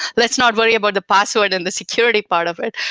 let's not worry about the password and the security part of it.